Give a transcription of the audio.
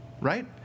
right